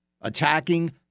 attacking